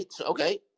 Okay